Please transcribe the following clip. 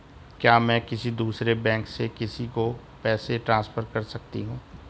क्या मैं किसी दूसरे बैंक से किसी को पैसे ट्रांसफर कर सकती हूँ?